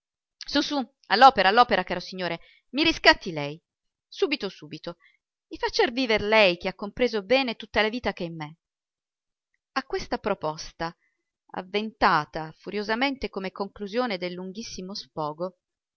su su all'opera all'opera caro signore i riscatti lei subito subito mi faccia viver lei che ha compreso bene tutta la vita che è in me a questa proposta avventata furiosamente come conclusione del lunghissimo sfogo